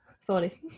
sorry